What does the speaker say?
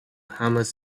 hamas